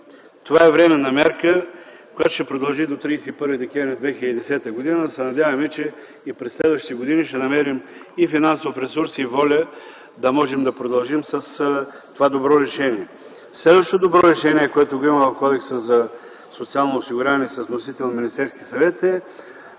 това е временна мярка, която ще продължи до 31 декември 2010 г. Да се надяваме, че и през следващите години ще намерим финансов ресурс и воля да можем да продължим с това добро решение. Следващото добро решение, което го има в Кодекса за социално осигуряване с вносител Министерският съвет е,